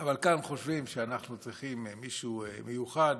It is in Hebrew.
אבל כאן חושבים שאנחנו צריכים מישהו מיוחד,